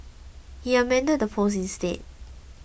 he amended the post instead